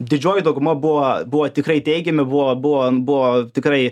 didžioji dauguma buvo buvo tikrai teigiami buvo buvo buvo tikrai